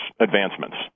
advancements